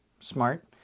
Smart